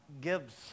gives